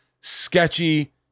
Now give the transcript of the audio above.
sketchy